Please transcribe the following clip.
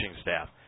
staff